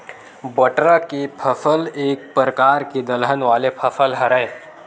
बटरा के फसल एक परकार के दलहन वाले फसल हरय